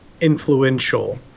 influential